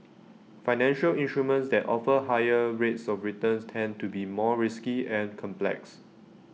financial instruments that offer higher rates of returns tend to be more risky and complex